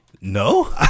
No